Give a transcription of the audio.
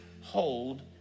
hold